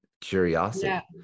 curiosity